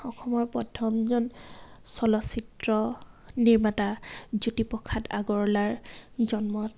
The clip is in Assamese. অসমৰ প্ৰথমজন চলচ্চিত্ৰ নিৰ্মাতা জ্যোতিপ্ৰসাদ আগৰৱালাৰ জন্মত